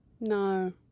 No